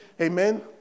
Amen